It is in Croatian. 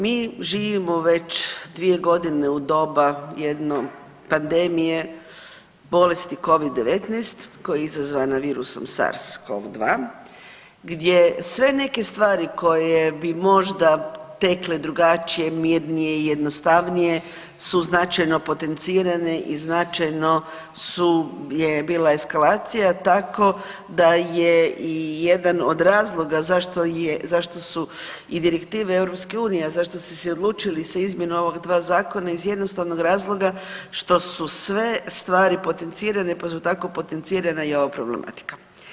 Mi živimo već dvije godine u doba jedne pandemije bolesti covid-19 koja je izazvana virusom SARS cov-2 gdje sve neke stvari koje bi možda tekle drugačije, mirnije i jednostavnije su značajno potencirane i značajno je bila eskalacija, tako da je i jedan od razloga zašto su i direktive EU, a zašto ste se odlučili za izmjenu ova dva zakona iz jednostavnog razloga što su sve stvari potencirane, pa su tako potencirana i ova problematika.